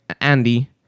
Andy